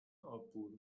opór